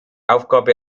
aufgabe